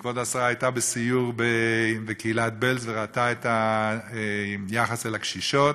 וכבוד השרה הייתה בסיור בקהילת בעלז וראתה את היחס אל הקשישות,